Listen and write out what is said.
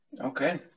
Okay